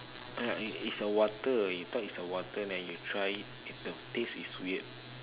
uh is a water you thought is a water but when you try it the taste is weird